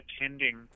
attending